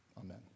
Amen